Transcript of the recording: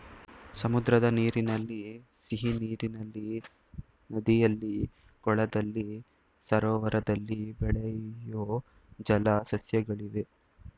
ಸಮುದ್ರದ ನೀರಿನಲ್ಲಿ, ಸಿಹಿನೀರಿನಲ್ಲಿ, ನದಿಯಲ್ಲಿ, ಕೊಳದಲ್ಲಿ, ಸರೋವರದಲ್ಲಿ ಬೆಳೆಯೂ ಜಲ ಸಸ್ಯಗಳಿವೆ